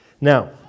Now